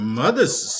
mother's